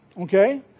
okay